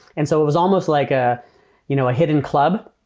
and so it was almost like a you know hidden club.